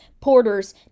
porters